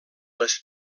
les